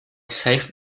saved